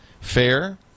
Fair